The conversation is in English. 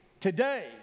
today